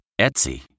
Etsy